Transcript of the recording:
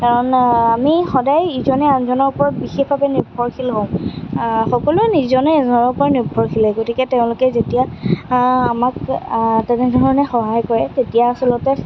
কাৰণ আমি সদায় ইজনে আনজনৰ ওপৰত বিশেষভাৱে নিৰ্ভৰশীল হওঁ সকলোৱে ইজনে সিজনৰ ওপৰত নিৰ্ভৰশীলেই গতিকে তেওঁলোকে যেতিয়া আমাক তেনেধৰণে সহায় কৰে তেতিয়া আচলতে